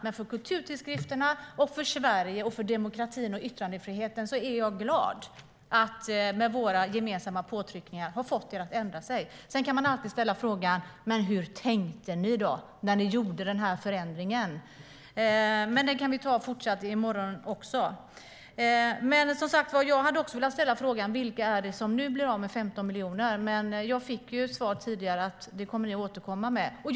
Men för kulturtidskrifterna, för Sverige, för demokratin och för yttrandefriheten är jag glad att vi med våra gemensamma påtryckningar har fått er att ändra er. Sedan kan man alltid ställa frågan: Hur tänkte ni när ni gjorde den här förändringen? Men det kan vi också ta upp i morgon. Jag hade också velat ställa frågan: Vilka är det som nu blir av med 15 miljoner? Men jag fick tidigare svaret att ni kommer att återkomma med det.